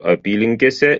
apylinkėse